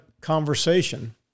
conversation